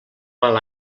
mal